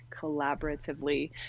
collaboratively